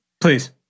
Please